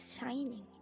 shining